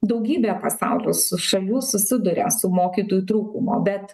daugybė pasaulio šalių susiduria su mokytojų trūkumo bet